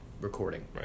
recording